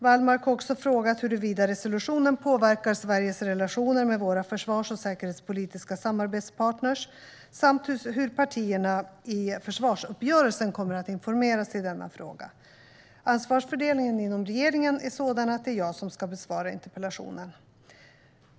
Wallmark har också frågat huruvida resolutionen påverkar Sveriges relationer med våra försvars och säkerhetspolitiska samarbetspartner samt hur partierna i försvarsuppgörelsen kommer att informeras i denna fråga. Svar på interpellationer Ansvarsfördelningen inom regeringen är sådan att det är jag som ska besvara interpellationen.